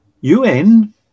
UN